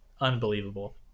unbelievable